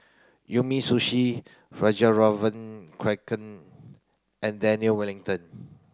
Umisushi Fjallraven Kanken and Daniel Wellington